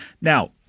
Now